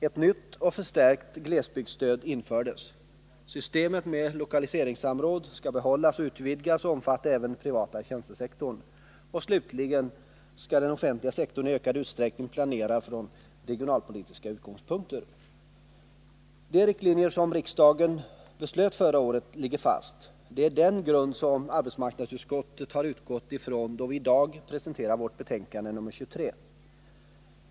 Ett nytt och förstärkt glesbygdsstöd infördes. Systemet med lokaliseringssamråd skall behållas och utvidgas till att omfatta även den privata tjänstesektorn, och slutligen skall den offentliga sektorn i ökad utsträckning planera från regionalpolitiska utgångspunkter. De riktlinjer som riksdagen beslöt förra året ligger fast. Det är den grund som arbetsmarknadsutskottet har utgått ifrån då vi i dag presenterar vårt betänkande nr 23.